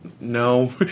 no